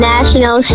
National